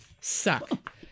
suck